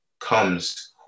comes